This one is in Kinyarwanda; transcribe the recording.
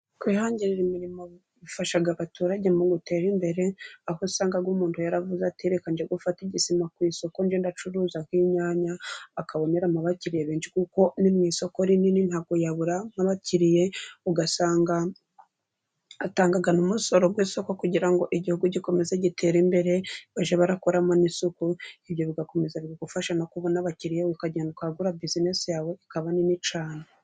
Kwihangie imirimo bifasha abaturage mu kwiteza imbere aho usanga umuntu yaravuze ati; "reka n njyefa igisima ku isoko njye gucuruza inyanya" akaboneramo abakiriya benshi kuko ni mu isoko rinini ntabwo yabura nk'abakiriya, ugasanga atatanga n'umusoro ku isoko kugira ngo igihugu gikomeze gitere imbere, bajye barakoramo n'isuku ibyo bigakomeza bigufasha no kubona abakiriya ukagenda ukagura buziness yawe ikaba nini cyane.